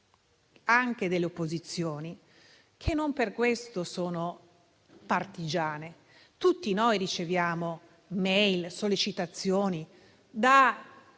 parte delle opposizioni, che non per questo sono partigiane. Tutti noi riceviamo *e-mail* e sollecitazioni da